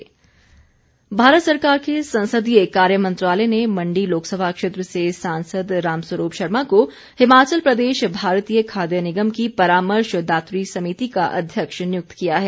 रामस्वरूप शर्मा भारत सरकार के संसदीय कार्य मंत्रालय ने मंडी लोकसभा क्षेत्र से सांसद रामस्वरूप शर्मा को हिमाचल प्रदेश भारतीय खाद्य निगम की परामर्श दात्री समिति का अध्यक्ष नियुक्त किया है